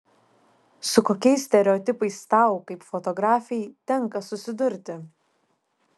su kokiais stereotipais tau kaip fotografei tenka susidurti